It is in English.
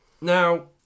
Now